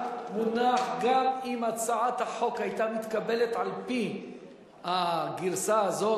מונח גם שאם הצעת החוק היתה מתקבלת על-פי הגרסה הזאת,